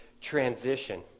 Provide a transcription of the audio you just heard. transition